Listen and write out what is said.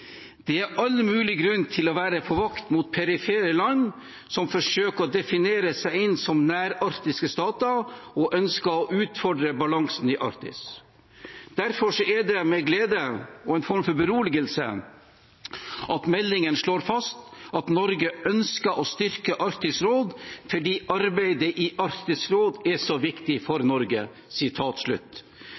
Det er all mulig grunn til å være på vakt mot perifere land som forsøker å definere seg inn som nærarktiske stater og ønsker å utfordre balansen i Arktis. Derfor er det med glede, og en form for beroligelse, jeg ser at meldingen slår fast at Norge ønsker å styrke Arktisk råd, fordi arbeidet i Arktisk råd er så viktig for Norge.